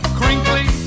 crinkly